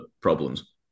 problems